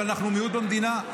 אבל אנחנו מיעוט במדינה.